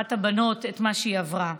אחת הבנות את מה שהיא עברה,